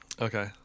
okay